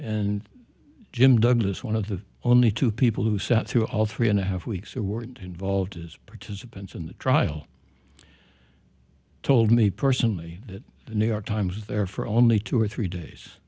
and jim douglas one of the only two people who sat through all three and a half weeks there weren't involved as participants in the trial told me personally that the new york times there for only two or three days